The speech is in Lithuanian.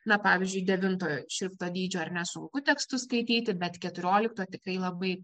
na pavyzdžiui devintojo šrifto dydžio ar ne sunku tekstus skaityti bet keturiolikto tikrai labai